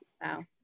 Wow